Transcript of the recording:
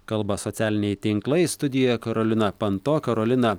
kalba socialiniai tinklai studijoje karolina panto karolina